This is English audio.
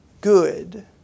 good